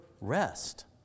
rest